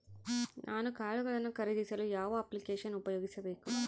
ನಾನು ಕಾಳುಗಳನ್ನು ಖರೇದಿಸಲು ಯಾವ ಅಪ್ಲಿಕೇಶನ್ ಉಪಯೋಗಿಸಬೇಕು?